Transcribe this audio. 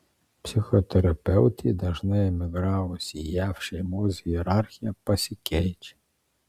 psichoterapeutė dažnai emigravus į jav šeimos hierarchija pasikeičia